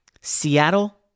Seattle